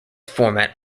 format